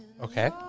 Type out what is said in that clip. Okay